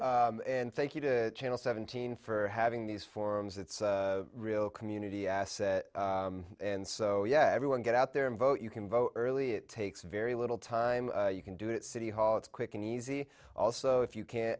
true and thank you to channel seventeen for having these forums it's real community asset and so yeah everyone get out there and vote you can vote early it takes very little time you can do it city hall it's quick and easy also if you can